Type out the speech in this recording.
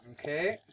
Okay